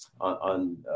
on